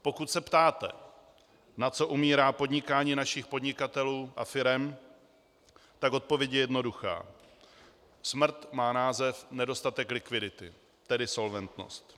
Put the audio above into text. Pokud se ptáte, na co umírá podnikání našich podnikatelů a firem, tak odpověď je jednoduchá: smrt má název nedostatek likvidity, tedy solventnost.